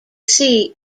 see